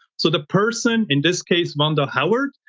so the person, in this case, wanda howard,